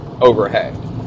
overhead